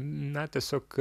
na tiesiog